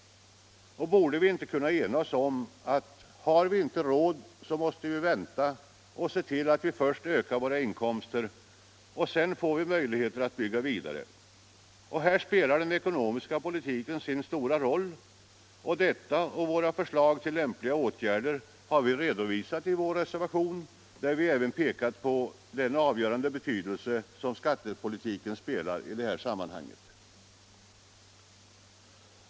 Borde vi inte kunna enas om att om vi inte har råd så måste vi vänta och se till att vi först ökar våra inkomster, och sedan får vi möjligheter att bygga vidare. Där spelar den ekonomiska politiken sin stora roll. Detta och våra förslag till lämpliga åtgärder har vi redovisat i vår reservation, där vi även pekat på den avgörande betydelse som skattepolitiken har i detta sammanhang.